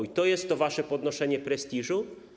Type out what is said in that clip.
I to jest to wasze podnoszenie prestiżu?